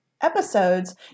episodes